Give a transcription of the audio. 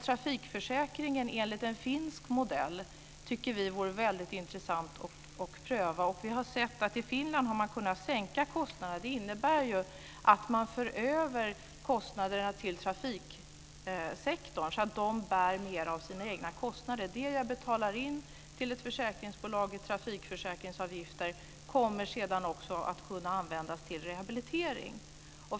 Trafikförsäkring enligt en finsk modell tycker vi vore väldigt intressant att pröva. Vi har sett att man i Finland har kunnat sänka kostnaderna. Det innebär att man för över kostnaderna till trafiksektorn så att den bär mer av sina egna kostnader. Det jag betalar in till ett försäkringsbolag i trafikförsäkringsavgifter kommer sedan också att kunna användas till rehabilitering.